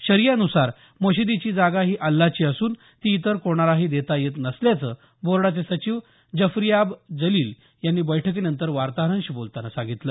शरियानुसार मशिदीची जागा ही अल्लाची असून ती इतर कोणालाही देता येत नसल्याचं बोर्डाचे सचिव जफरीयाब जलील यांनी बैठकीनंतर वार्ताहरांशी बोलतांना सांगितलं